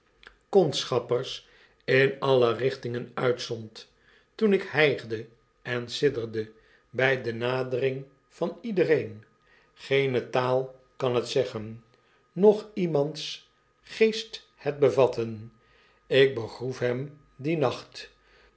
ik kondschappers in alle richtingen uitzond toen ik hygde en sidderde by de nadering van iedereen geene taal kan het zeggen noch iemands feest het bevatten ik begroef hem dien nacht